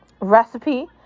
recipe